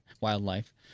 wildlife